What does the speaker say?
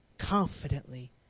confidently